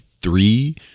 three